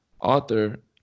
author